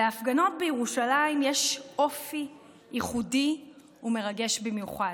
להפגנות בירושלים יש אופי ייחודי ומרגש במיוחד.